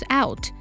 out